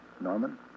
Norman